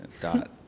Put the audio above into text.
Dot